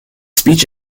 speech